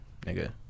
Nigga